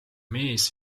mees